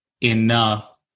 enough